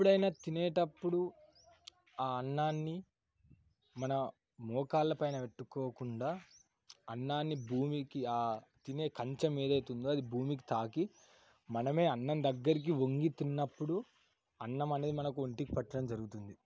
ఎప్పుడైనా తినేటప్పుడు ఆ అన్నాన్ని మన మోకాళ్ళ పైన పెట్టుకోకుండా అన్నాన్ని భూమికి తినే కంచం ఏదైతే ఉందో అది భూమికి తాకి మనమే అన్నం దగ్గరికి వంగి తిన్నప్పుడు అన్నం అనేది మనకు ఒంటికి పట్టడం జరుగుతుంది